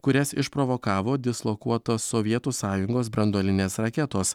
kurias išprovokavo dislokuotos sovietų sąjungos branduolinės raketos